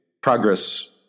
progress